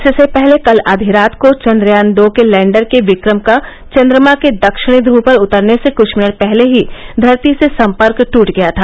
इससे पहले कल आधी रात को चन्द्रयान दो के लैंडर के विक्रम का चन्द्रमा के दक्षिणी ध्रव पर उतरने से कुछ मिनट पहले ही धरती से सम्पर्क दूट गया था